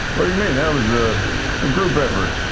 what do you mean? that was a group effort.